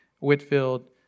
Whitfield